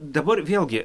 dabar vėlgi